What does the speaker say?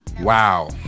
Wow